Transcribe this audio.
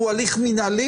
הוא הליך מינהלי?